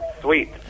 Sweet